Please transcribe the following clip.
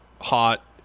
hot